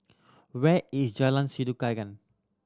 where is Jalan Sikudangan